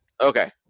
Okay